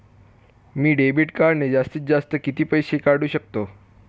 मी debit कार्डने जास्तीत जास्त किती पैसे काढू शकतो?